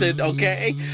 okay